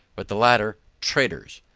but the latter traitors.